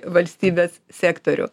valstybės sektorių